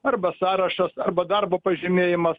arba sąrašas arba darbo pažymėjimas